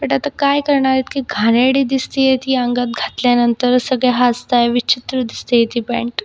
but आता काय करणार इतकी घाणेरडी दिसतेय ती अंगात घातल्यानंतर सगळे हसताय विचित्र दिसतेय ती पँट